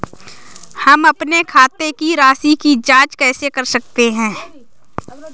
हम अपने खाते की राशि की जाँच कैसे कर सकते हैं?